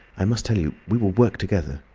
i must tell you. we will work together!